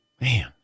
Man